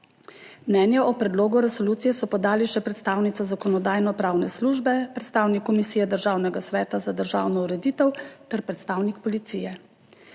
Mnenje o predlogu resolucije so podali še predstavnica Zakonodajno-pravne službe, predstavnik Komisije Državnega sveta za državno ureditev ter predstavnik Policije.